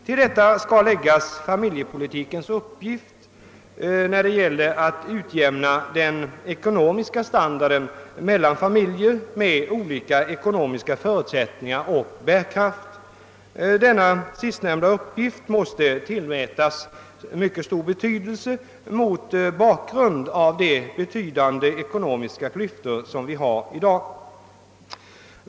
Till detta skall läggas familjepolitikens uppgift när det gäller att utjämna den ekonomiska standarden mellan familjer med olika ekonomiska förutsättningar och bärkraft. Denna sistnämnda uppgift måste tillmätas mycket stor betydelse mot bakgrund av de stora ekonomiska klyftor som vi har i dag.